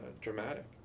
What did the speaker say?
dramatic